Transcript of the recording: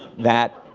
that,